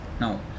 now